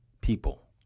people